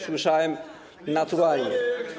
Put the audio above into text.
Słyszałem, naturalnie.